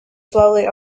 slowly